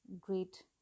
great